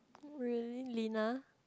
really Lina